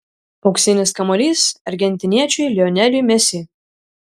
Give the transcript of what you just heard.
auksinis kamuolys argentiniečiui lioneliui messi